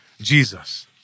Jesus